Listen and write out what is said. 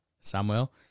Samuel